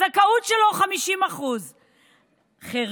הזכאות שלו היא 50%; חירשות,